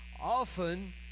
often